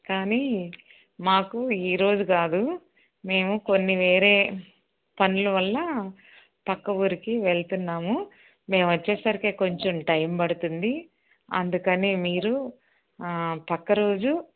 కానీ మాకు ఈరోజు కాదు మేము కొన్ని వేరే పనులు వల్ల పక్క ఊరికి వెళ్తున్నాము మేం వచ్చేసరికి కొంచెం టైం పడుతుంది అందుకని మీరు పక్క రోజు